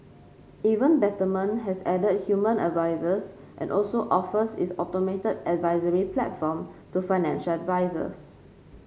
even Betterment has added human advisers and also offers its automated advisory platform to financial advisers